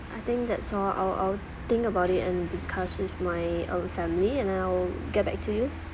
I think that's all I'll I'll think about it and discuss with my uh family and I'll get back to you